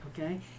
okay